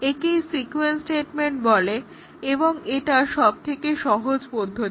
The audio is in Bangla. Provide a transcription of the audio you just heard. একেই সিক্যুয়েন্স স্টেটমেন্ট বলে এবং এটা সবথেকে সহজ পদ্ধতি